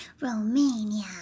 Romania